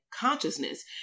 consciousness